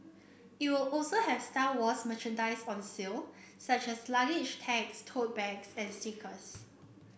it will also have Star Wars merchandise on sale such as luggage tags tote bags and stickers